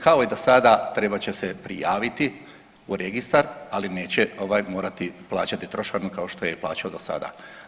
Kao i do sada trebat će se prijaviti u registar, ali neće morati plaćati trošarinu kao što je plaćao do sada.